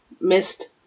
missed